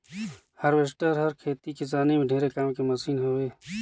harvester हर खेती किसानी में ढेरे काम के मसीन हवे